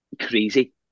Crazy